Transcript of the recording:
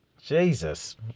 Jesus